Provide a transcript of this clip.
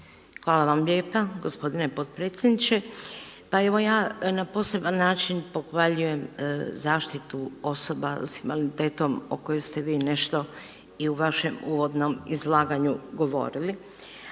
Hvala vam lijepa gospodine potpredsjedniče. Pa evo ja na poseban način pohvaljujem zaštitu osoba s invaliditetom o kojoj ste vi nešto i u vašem uvodnom izlaganju govorili,